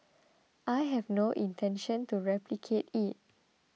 I have no intention to replicate it